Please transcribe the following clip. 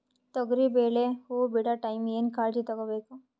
ತೊಗರಿಬೇಳೆ ಹೊವ ಬಿಡ ಟೈಮ್ ಏನ ಕಾಳಜಿ ತಗೋಬೇಕು?